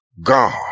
God